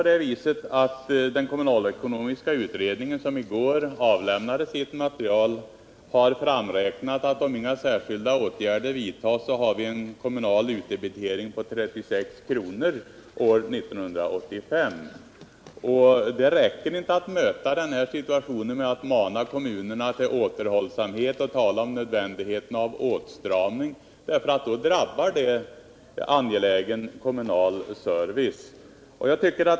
Den kommunalekonomiska utredningen, som i går avlämnade sitt material, har framräknat att vi om inga särskilda åtgärder vidtas kommer att få en kommunal utdebitering på 36 kr. år 1985. Det räcker inte att möta denna situation med att mana kommunerna till återhållsamhet och tala om nödvändigheten av åtstramning, för då drabbar det angelägen kommunal service.